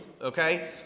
okay